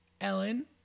Ellen